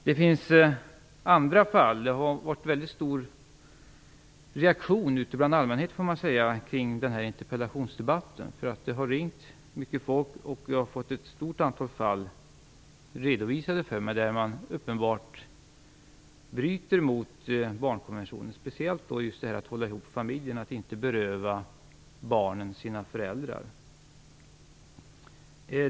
Det finns också andra fall. Det har varit en väldigt stor reaktion från allmänhetens sida på denna interpellationsdebatt. Det har ringt mycket folk, och jag har fått ett stort antal fall där man uppenbart bryter mot barnkonventionen redovisade för mig. Speciellt gäller det detta med att hålla ihop familjerna och att inte beröva barnen deras föräldrar.